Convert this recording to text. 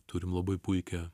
turim labai puikią